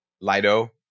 Lido